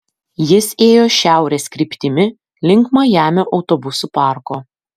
jis ėjo šiaurės kryptimi link majamio autobusų parko